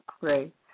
Great